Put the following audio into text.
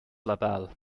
labelle